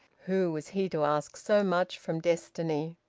who was he to ask so much from destiny?